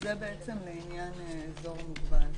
אז זה בעצם לעניין אזור מוגבל.